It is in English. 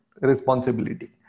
responsibility